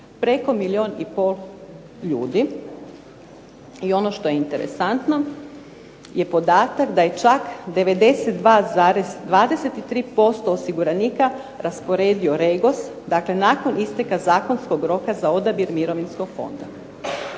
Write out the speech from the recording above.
preko milijun i pol ljudi. I ono što je interesantno je podatak da je čak 92,23% osiguranika rasporedio REGOS. Dakle, nakon isteka zakonskog roka za odabir mirovinskog fonda.